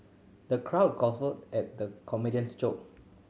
the crowd guffawed at the comedian's joke